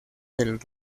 del